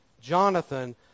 Jonathan